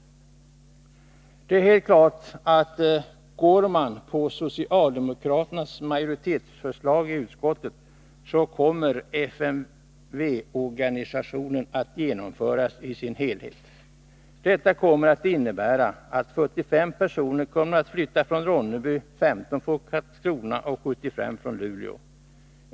Det är helt klart att går man på socialdemokraternas majoritetsförslag i utskottet, så kommer FMV-organisationen att genomföras i sin helhet. Detta kommer att innebära att 45 personer kommer att flytta från Ronneby, 15 från Karlskrona och 75 från Luleå.